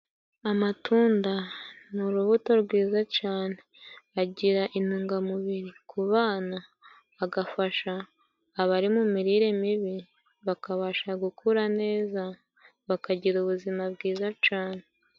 Amatunda ni urubuto rwiza cane, agira intungamubiri kubana agafasha abari mu mirire mibi bakabasha gukura neza, bakagira ubuzima bwiza cyane.